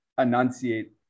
enunciate